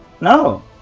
No